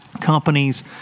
companies